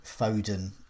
Foden